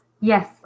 yes